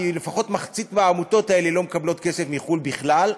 כי לפחות מחצית העמותות האלה לא מקבלות כסף מחו"ל בכלל,